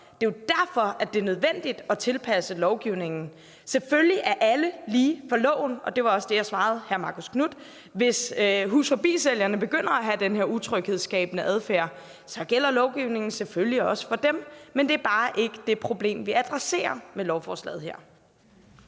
Det er jo derfor, at det er nødvendigt at tilpasse lovgivningen. Selvfølgelig er alle lige for loven, og det var også det, jeg svarede hr. Marcus Knuth. Hvis Hus Forbi-sælgerne begynder at have den her utryghedsskabende adfærd, så gælder lovgivningen selvfølgelig også for dem. Men det er bare ikke det problem, vi adresserer med lovforslaget her.